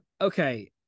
Okay